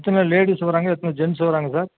எத்தனை லேடிஸ் வராங்க எத்தனை ஜென்ஸ் வராங்க சார்